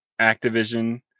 Activision